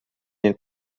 nie